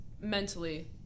mentally